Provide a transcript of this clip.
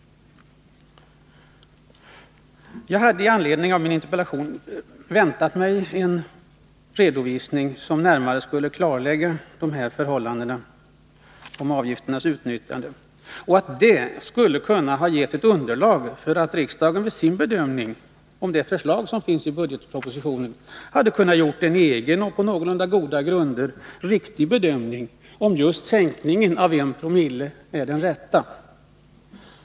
Jag hade med anledning av min interpellation väntat mig en redovisning som närmare skulle klarlägga förhållandena när det gäller avgifterna och att det skulle ha kunnat ge ett underlag för riksdagen, så att den vid sin bedömning av förslaget i budgetpropositionen på någorlunda goda grunder hade kunnat göra en egen och riktigare uppskattning av om just sänkningen med 1 co är den rätta.